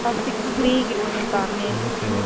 plastic ꯀ꯭ꯂꯦꯒꯤ ꯑꯣꯏꯅ ꯄꯥꯝꯃꯦ